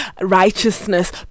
righteousness